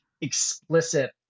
explicit